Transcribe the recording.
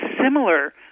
similar